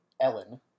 Ellen